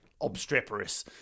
obstreperous